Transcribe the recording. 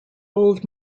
old